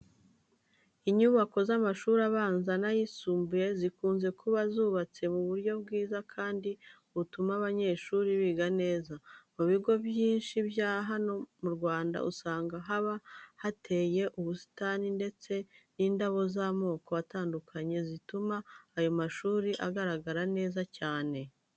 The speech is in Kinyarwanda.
Inyubako z'amashuri abanza n'ayisumbuye zikunze kuba zubatse mu buryo bwiza kandi butuma abanyeshuri biga neza. Mu bigo byinshi bya hano mu Rwanda usanga haba hateye ubusitani ndetse n'indabo z'amoko atandukanye zituma ayo mashuri agaragara neza cyane.